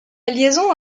liaison